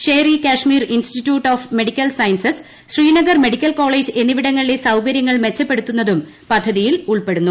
ഷേർ ഇ കാശ്മീർ ഭാഗമായാണ് ഇത് institute of medical sciences Srinagar medical college എന്നിവിടങ്ങളിലെ സൌകര്യങ്ങൾ മെച്ചപ്പെടുത്തുന്നതും പദ്ധതിയിൽ ഉൾപ്പെടുന്നു